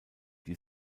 die